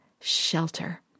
shelter